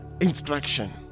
instruction